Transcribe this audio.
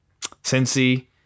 Cincy